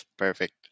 Perfect